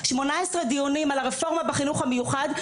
18 דיונים על הרפורמה בחינוך המיוחד,